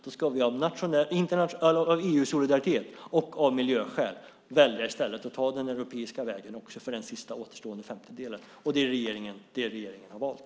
Då ska vi av EU-solidaritet och av miljöskäl i stället välja att ta den europeiska vägen också för den sista återstående femtedelen. Det är det regeringen har valt.